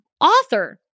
author